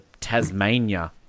Tasmania